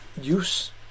use